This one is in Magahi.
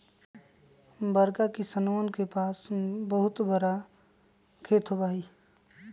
बड़का किसनवन के पास बहुत बड़ा खेत होबा हई